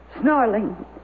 snarling